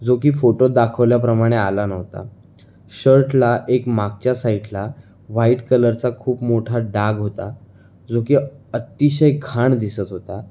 जो की फोटोत दाखवल्याप्रमाणे आला नव्हता शर्टला एक मागच्या साइटला व्हाईट कलरचा खूप मोठा डाग होता जो की अतिशय घाण दिसत होता